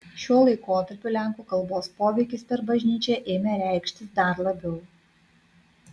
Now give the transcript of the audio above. šiuo laikotarpiu lenkų kalbos poveikis per bažnyčią ėmė reikštis dar labiau